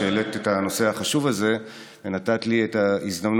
שהעלית את הנושא החשוב הזה ונתת לי את ההזדמנות